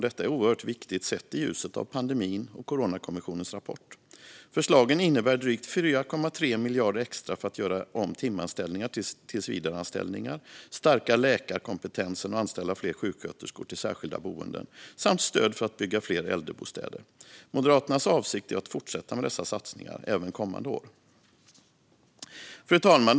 Detta är oerhört viktigt sett i ljuset av pandemin och Coronakommissionens rapport. Förslagen innebär drygt 4,3 miljarder extra för att göra om timanställningar till tillsvidareanställningar, stärka läkarkompetensen och anställa fler sjuksköterskor till särskilda boenden samt stöd för att bygga fler äldrebostäder. Moderaternas avsikt är att fortsätta med dessa satsningar även kommande år. Fru talman!